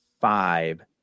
five